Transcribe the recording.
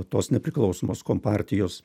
tos nepriklausomos kompartijos